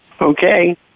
Okay